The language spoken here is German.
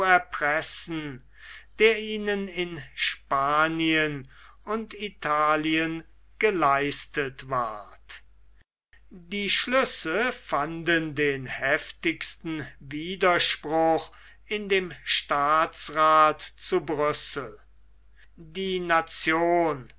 erpressen der ihnen in spanien und italien geleistet ward die schlüsse fanden den heftigsten widerspruch in dem staatsrath zu brüssel die nation